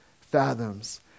fathoms